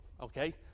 okay